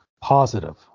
Positive